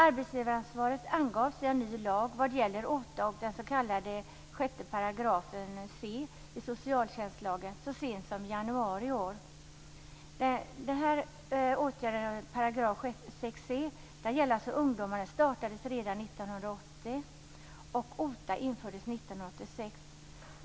Arbetsgivaransvaret angavs i en ny lag, vad gäller OTA och 6 c § i socialtjänstlagen, så sent som i januari i år. och OTA infördes 1986.